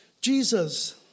Jesus